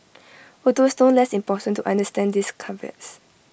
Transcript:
although it's no less important to understand these caveats